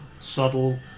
subtle